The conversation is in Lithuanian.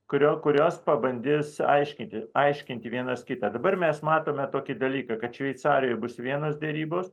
kurio kurios pabandys aiškinti aiškinti vienas kitą dabar mes matome tokį dalyką kad šveicarijoj bus vienos derybos